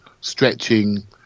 stretching